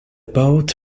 boat